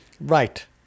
Right